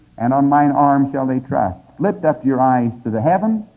and on mine arm shall they trust. lift up your eyes to the heavens,